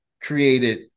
created